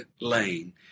Lane